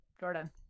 jordan